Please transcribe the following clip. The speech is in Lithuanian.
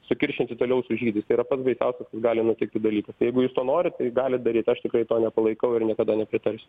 sukiršinti toliau su žydais tai yra pats baisiausias kas gali nutikti dalykas jeigu jūs to norit galit daryt aš tikrai to nepalaikau ir niekada nepritarsiu